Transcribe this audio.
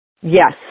Yes